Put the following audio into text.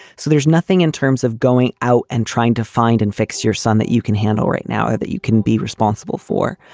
so there's nothing in terms of going out and trying to find and fix your son that you can handle right now that you can be responsible for.